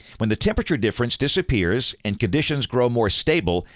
when the temperature difference disappears and conditions grow more stable,